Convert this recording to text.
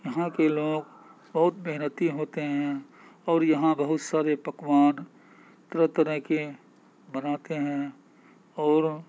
یہاں کے لوگ بہت محنتی ہوتے ہیں اور یہاں بہت سارے پکوان طرح طرح کے بناتے ہیں اور